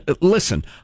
Listen